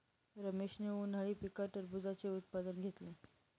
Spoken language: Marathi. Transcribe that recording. रमेशने उन्हाळी पिकात टरबूजाचे उत्पादन घेतले